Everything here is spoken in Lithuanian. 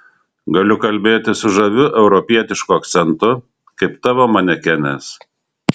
galiu kalbėti su žaviu europietišku akcentu kaip tavo manekenės